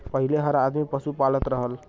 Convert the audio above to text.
पहिले हर आदमी पसु पालत रहल